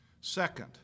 Second